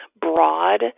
broad